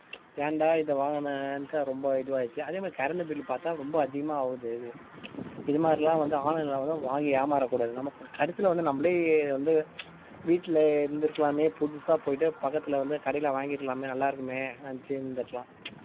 ஏன்டா இதை வாங்குனேன்ட்டு ரொம்ப இதுவாயிட்ச்சு அதே மாதிரி கரண்டு பில்லு பார்த்தா ரொம்ப அதிகமாக ஆகுது அது இது மாதிரிலாம் வந்து ஆன்லைனில் வந்தால் வாங்கி ஏமாறக்கூடாது நம்ப இப்போ கடைசில வந்து நம்பளே வந்து வீட்டில் இருந்திருக்கலாமே புதுசாக போயிட்டு பக்கத்தில் வந்து கடையில் வாங்கியிருக்கலாமே நல்லாயிருக்குமே நினச்சிருந்துருக்கலாம்